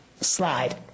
slide